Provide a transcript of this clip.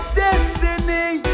destiny